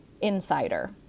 insider